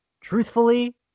truthfully